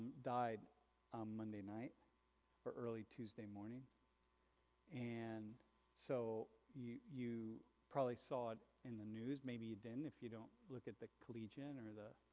died um monday night or early tuesday morning and so you you probably saw it in the news, maybe you didn't, if you don't look at the collegian or